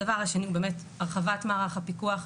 הדבר השני הוא באמת, הרחבת מערך הפיקוח.